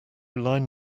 line